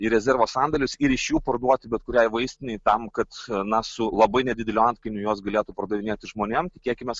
į rezervo sandėlius ir iš jų parduoti bet kuriai vaistinei tam kad na su labai nedideliu antkainiu juos galėtų pardavinėti žmonėm tikėkimės